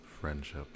friendship